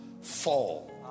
fall